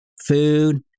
food